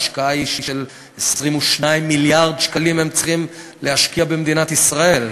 ההשקעה היא של 22 מיליארד שקלים שהם צריכים להשקיע במדינת ישראל.